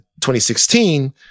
2016